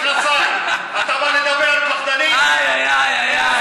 איי איי איי.